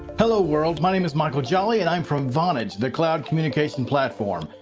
hello, world. my name is michael jolly and um from vonage, the cloud communication platform.